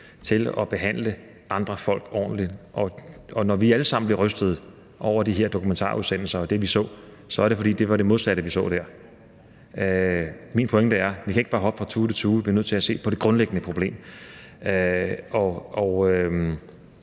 til at behandle andre mennesker ordentligt. Og når vi alle sammen blev rystet over det, vi så i de her dokumentarudsendelser, så var det, fordi det var det modsatte, vi så der. Min pointe er, at vi ikke bare kan hoppe fra tue til tue. Vi bliver nødt til at se på det grundlæggende problem.